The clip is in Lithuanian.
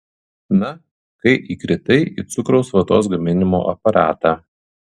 na kai įkritai į cukraus vatos gaminimo aparatą